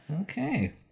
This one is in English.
Okay